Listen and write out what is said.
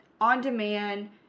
on-demand